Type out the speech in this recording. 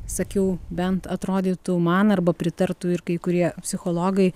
sakiau bent atrodytų man arba pritartų ir kai kurie psichologai